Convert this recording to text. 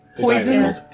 Poison